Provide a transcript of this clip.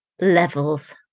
levels